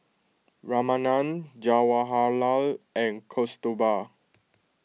Ramanand Jawaharlal and Kasturba